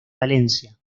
valencia